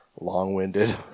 Long-winded